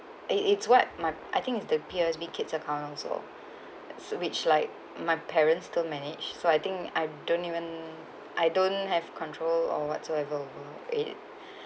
it it's what my I think is the P_O_S_B kids account also which like my parents to manage so I think I don't even I don't have control or whatsoever over it